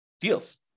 deals